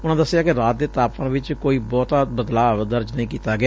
ਉਨਾ ਦਸਿਆ ਕਿ ਰਾਤ ਦੇ ਤਾਪਮਾਨ ਚ ਕੋਈ ਬਹੁਤਾ ਬਦਲਾਅ ਦਰਜ ਨਹੀਂ ਕੀਤਾ ਗਿਆ